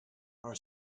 our